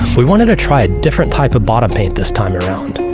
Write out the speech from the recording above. we wanted to try a different type of bottom paint this time around.